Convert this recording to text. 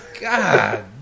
God